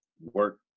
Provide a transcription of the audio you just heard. work